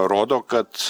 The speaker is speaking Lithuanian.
rodo kad